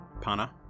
Pana